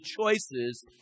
choices